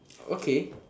okay